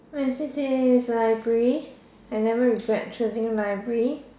my C_C_A is library I never regret choosing library